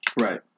Right